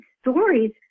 stories